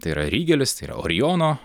tai yra rygelis tai yra orijono